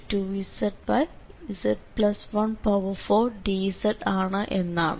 2πiCe2zz14dz ആണ് എന്നാണ്